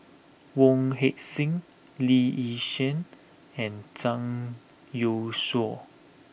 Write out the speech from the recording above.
Wong Heck Sing Lee Yi Shyan and Zhang Youshuo